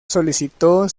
solicitó